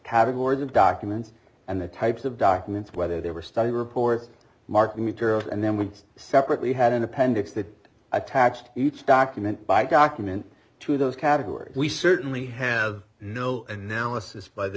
categories of documents and the types of documents whether they were study reports mark materials and then we separately had an appendix that attached each document by cockman to those categories we certainly have no analysis by the